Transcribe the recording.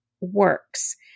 works